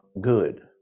good